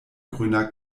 grüner